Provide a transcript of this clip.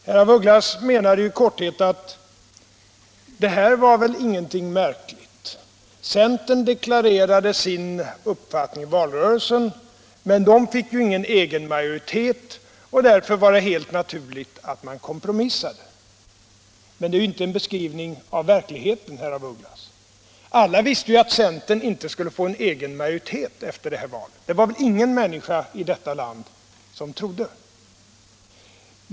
Han menade i korthet att det inte var så märkligt: Centern deklarerade sin uppfattning i valrörelsen, men centern fick ingen egen majoritet, och därför var det helt naturligt att man kompromissade. Detta är ju inte en beskrivning av verkligheten, herr af Ugglas! Alla visste att centern inte skulle få en egen majoritet efter det här valet. Det var ingen människa här i landet som trodde det.